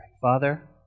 Father